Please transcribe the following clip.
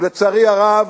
ולצערי הרב,